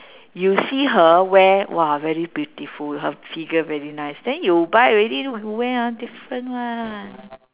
you see her wear !wah! very beautiful her figure very nice then you buy already you wear ah different [one]